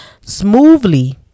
smoothly